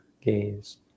gaze